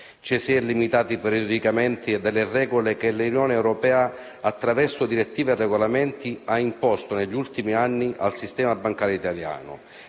Ci si è lamentati periodicamente delle regole che l'Unione europea, attraverso direttive e regolamenti, ha imposto negli ultimi anni al sistema bancario italiano,